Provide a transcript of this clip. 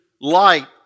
light